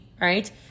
right